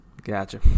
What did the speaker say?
Gotcha